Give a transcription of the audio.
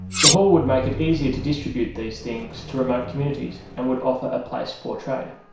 the hall would make it easier to distribute these things to remote communities and would offer a place for trade.